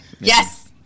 Yes